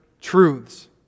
truths